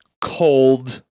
cold